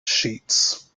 sheets